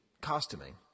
costuming